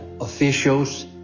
officials